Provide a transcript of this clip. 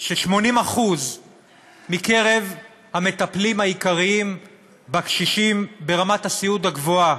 ש-80% מקרב המטפלים העיקריים בקשישים ברמת הסיעוד הגבוהה,